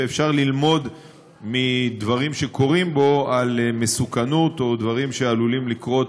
ואפשר ללמוד מדברים שקורים בו על מסוכנות ועל דברים שעלולים לקרות